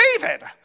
David